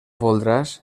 voldràs